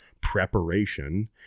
preparation